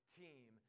team